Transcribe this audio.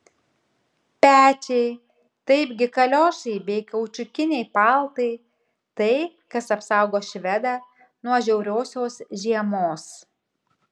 pečiai taipgi kaliošai bei kaučiukiniai paltai tai kas apsaugo švedą nuo žiauriosios žiemos